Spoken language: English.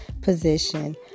position